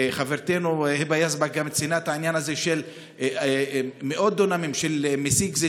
חברתנו היבה יזבק גם ציינה את העניין הזה של מאות דונמים של זיתים,